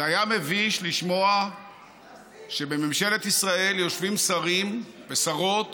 זה היה מביש לשמוע שבממשלת ישראל יושבים שרים ושרות